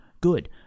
Good